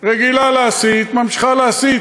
רגילה להסית, ממשיכה להסית.